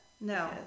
No